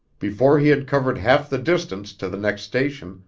before he had covered half the distance to the next station,